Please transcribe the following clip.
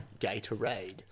Gatorade